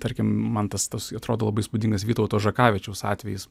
tarkim man tas tas atrodo labai įspūdingas vytauto žakavičiaus atvejis